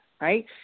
right